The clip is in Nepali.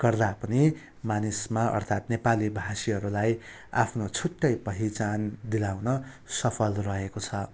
गर्दा पनि मानिसमा अर्थात् नेपालीभाषीहरूलाई आफ्नो छुट्टै पहिचान दिलाउन सफल रहेको छ